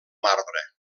marbre